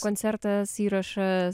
koncertas įrašą